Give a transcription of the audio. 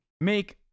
make